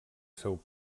seu